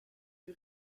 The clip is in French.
lui